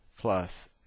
plus